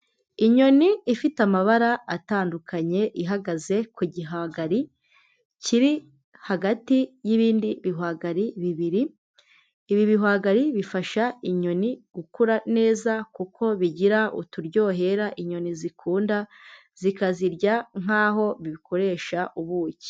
Inyoni ifite amabara atandukanye ihagaze ku gihwagari kiri hagati y'ibindi bihwagari bibiri, ibi bihwagari bifasha inyoni gukura neza kuko bigira uturyohera inyoni zikunda zikazirya nkaho bikoresha ubuki.